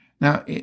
Now